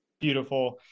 beautiful